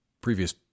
previous